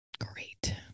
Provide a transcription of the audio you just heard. Great